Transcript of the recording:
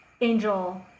Angel